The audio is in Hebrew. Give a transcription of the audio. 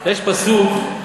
יש פסוק,